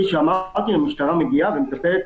המשטרה מגיעה ומטפלת,